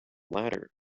ladder